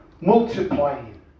multiplying